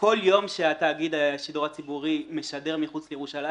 כל יום שתאגיד השידור הציבורי משדר מחוץ לירושלים